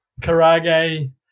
karage